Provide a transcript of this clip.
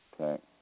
okay